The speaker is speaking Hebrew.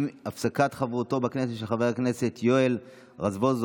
עם הפסקת חברותו בכנסת של חבר הכנסת יואל רזבוזוב,